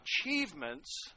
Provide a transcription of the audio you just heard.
achievements